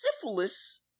syphilis